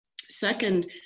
Second